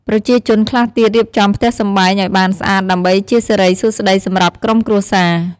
ប្រជាជនខ្លះទៀតរៀបចំផ្ទះសម្បែងឲ្យបានស្អាតដើម្បីជាសិរីសួស្តីសម្រាប់ក្រុមគ្រួសារ។